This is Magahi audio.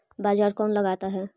बाजार कौन लगाता है?